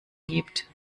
gibt